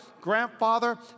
grandfather